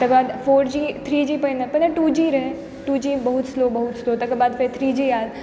तकरबाद four G three G पहिने पहिने टू जी रहय टू जी बहुत स्लो बहुत स्लो तकर बाद फेर थ्री जी आयल